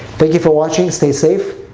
thank you for watching. stay safe.